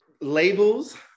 labels